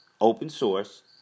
open-source